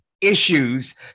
issues